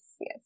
yes